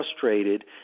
frustrated